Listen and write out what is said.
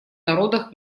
народах